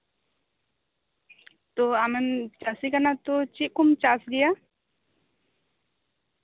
ᱛᱚ ᱟᱢᱮᱢ ᱪᱟᱥᱤ ᱠᱟᱱᱟ ᱛᱚ ᱪᱮᱫ ᱠᱚᱢ ᱪᱟᱥ ᱜᱮᱭᱟ